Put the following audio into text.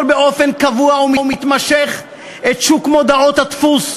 באופן קבוע ומתמשך את שוק מודעות הדפוס,